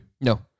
No